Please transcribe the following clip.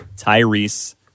Tyrese